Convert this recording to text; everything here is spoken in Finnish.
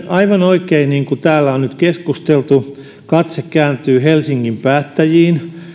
aivan oikein niin kuin täällä on nyt keskusteltu katse kääntyy helsingin päättäjiin